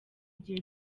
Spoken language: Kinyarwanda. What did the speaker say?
gihe